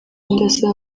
ndasaba